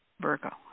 Virgo